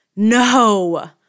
No